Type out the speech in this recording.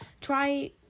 Try